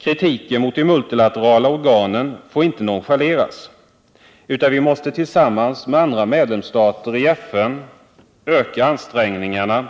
Kritiken mot de multilaterala organen får inte nonchaleras, utan vi måste tillsammans med andra medlemsstater i FN öka ansträngningarna